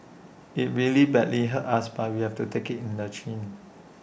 IT really badly hurts us but we have to take IT in the chin